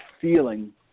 feeling